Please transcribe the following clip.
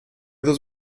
dos